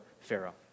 Pharaoh